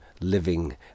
living